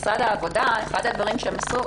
אחד הדברים שמשרד העבודה עשה,